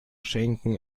schenken